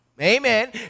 Amen